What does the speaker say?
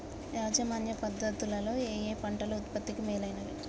యాజమాన్య పద్ధతు లలో ఏయే పంటలు ఉత్పత్తికి మేలైనవి?